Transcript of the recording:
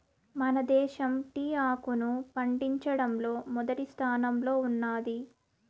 మన దేశం టీ ఆకును పండించడంలో మొదటి స్థానంలో ఉన్నాది